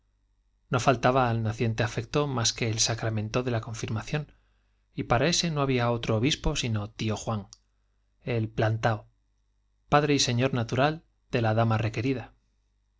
o faltaba y micos al naciente afecto más que el sacramento de la confir había otro obispo sino tío juan mación y para ese no el plantao padre y señor natural de la dama requerida